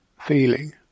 feeling